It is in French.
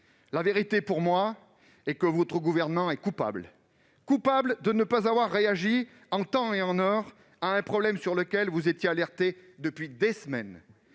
la vérité est que votre gouvernement est coupable. Coupable de ne pas avoir réagi en temps et en heure à un problème sur lequel vous étiez alertés depuis des semaines.